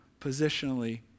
positionally